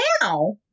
now